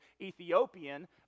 Ethiopian